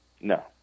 No